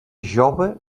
jove